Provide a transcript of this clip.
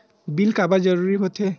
Bill काबर जरूरी होथे?